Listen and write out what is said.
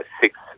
six